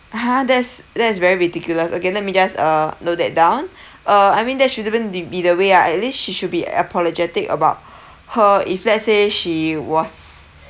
!huh! that's that's very ridiculous okay let me just uh note that down uh I mean that shouldn't be be the way ah at least she should be apologetic about her if let's say she was